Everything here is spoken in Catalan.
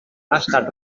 estat